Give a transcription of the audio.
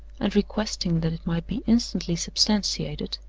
and requesting that it might be instantly substantiated,